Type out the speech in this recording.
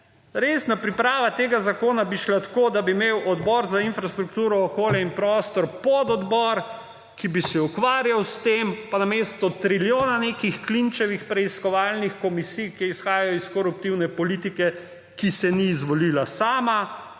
Resna priprava tega zakona bi šla tako, da bi imel Odbor za infrastrukturo, okolje in prostor pododbor, ki bi se ukvarjal s tem, pa namesto trilijona nekih klinčevih preiskovalnih komisij, ki izhajajo iz koruptivne politike, ki se ni izvolila sama,